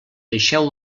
deixeu